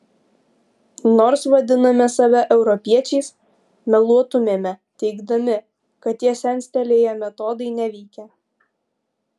nors vadiname save europiečiais meluotumėme teigdami kad tie senstelėję metodai neveikia